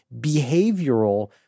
behavioral